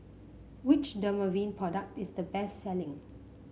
which Dermaveen product is the best selling